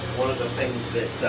one of the things that